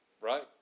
right